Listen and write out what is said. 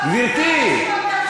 גברתי,